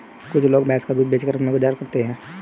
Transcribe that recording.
कुछ लोग भैंस का दूध बेचकर अपना गुजारा करते हैं